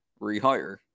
rehire